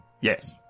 Yes